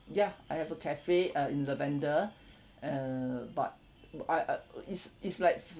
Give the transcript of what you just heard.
ya I have a cafe uh in lavender err but I I it's it's like